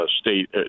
State